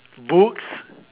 books